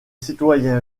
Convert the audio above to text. citoyens